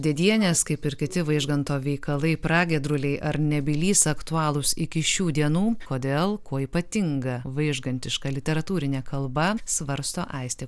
dėdienės kaip ir kiti vaižganto veikalai pragiedruliai ar nebylys aktualūs iki šių dienų kodėl kuo ypatinga vaižgantiška literatūrine kalba svarsto aistė